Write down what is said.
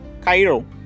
Cairo